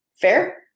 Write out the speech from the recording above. Fair